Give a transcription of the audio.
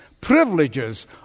privileges